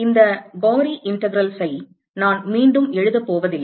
இந்த கோரமான தொகையீடுகளை நான் மீண்டும் எழுதப் போவதில்லை